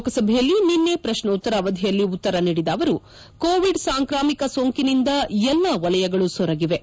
ಲೋಕಸಭೆಯಲ್ಲಿ ನಿನ್ನೆ ಪ್ರಕ್ನೋತ್ತರ ಅವಧಿಯಲ್ಲಿ ಉತ್ತರ ನೀಡಿದ ಅವರು ಕೋವಿಡ್ ಸಾಂಕ್ರಾಮಿಕ ಸೋಂಕಿನಿಂದ ಎಲ್ಲಾ ವಲಯಗಳು ಸೊರಗಿವೆ